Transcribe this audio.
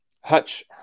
Hutch